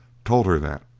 told her that.